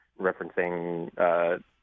referencing